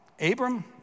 Abram